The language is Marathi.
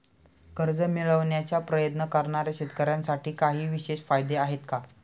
कर्ज मिळवण्याचा प्रयत्न करणाऱ्या शेतकऱ्यांसाठी काही विशेष फायदे आहेत का?